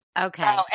Okay